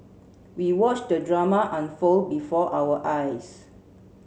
we watched the drama unfold before our eyes